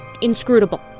inscrutable